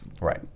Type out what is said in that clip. Right